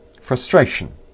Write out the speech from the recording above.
Frustration